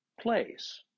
place